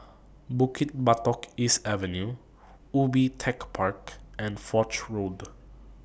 Bukit Batok East Avenue Ubi Tech Park and Foch Road